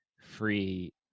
free